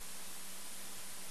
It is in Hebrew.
השירות הצבאי, ממשיך